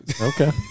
Okay